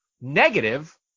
negative